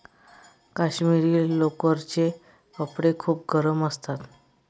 काश्मिरी लोकरचे कपडे खूप गरम असतात